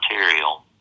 material